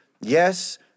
Yes